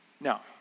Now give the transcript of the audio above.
now